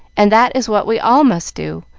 and that is what we all must do,